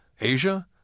Asia